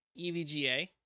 EVGA